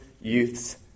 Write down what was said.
youths